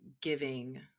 giving